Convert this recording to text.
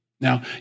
Now